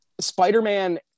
Spider-Man